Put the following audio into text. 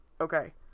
Okay